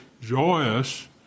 joyous